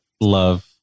love